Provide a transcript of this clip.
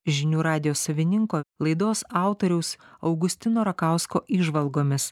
žinių radijo savininko laidos autoriaus augustino rakausko įžvalgomis